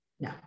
No